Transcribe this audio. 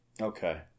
Okay